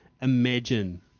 imagine